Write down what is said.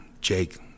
Jake